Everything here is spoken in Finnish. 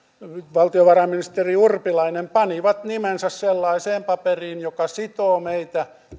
valtiovarainministeri urpilainen panivat nimensä sellaiseen paperiin joka sitoo meitä